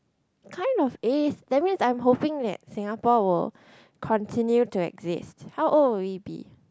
kind of is that means I'm hoping that Singapore will continue to exist how old will we be